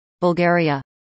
Bulgaria